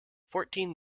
fourteen